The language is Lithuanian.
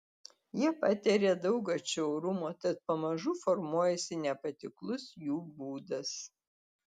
jie patiria daug atšiaurumo tad pamažu formuojasi nepatiklus jų būdas